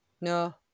No